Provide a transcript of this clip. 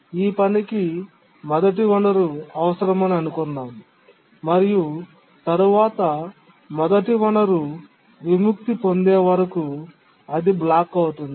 ఈ పనికి మొదటి వనరు అవసరమని అనుకుందాం మరియు తరువాత మొదటి వనరు విముక్తి పొందే వరకు అది బ్లాక్ అవుతుంది